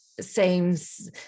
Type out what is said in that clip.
seems